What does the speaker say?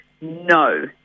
no